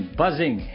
buzzing